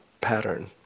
pattern